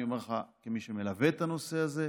אני אומר לך כמי שמלווה את הנושא הזה.